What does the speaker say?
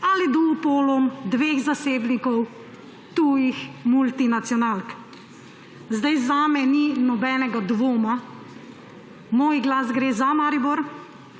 ali monopolom dveh zasebnikom tujih multinacionalk. Zame ni nobenega dvoma. Moj glas gre za Maribor,